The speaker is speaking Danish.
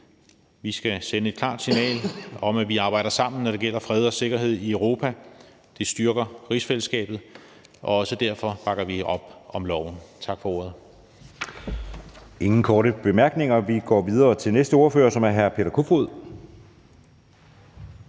Vi skal sende et klart signal om, at vi arbejder sammen, når det gælder fred og sikkerhed i Europa. Det styrker rigsfællesskabet, og også derfor bakker vi op om lovforslaget. Tak for ordet. Kl. 17:42 Anden næstformand (Jeppe Søe): Der er ingen korte bemærkninger. Vi går videre til næste ordfører, som er hr. Peter Kofod.